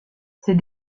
ces